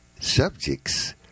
subjects